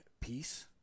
peace